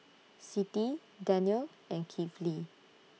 Siti Daniel and Kifli